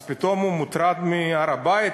אז פתאום הוא מוטרד מהר-הבית?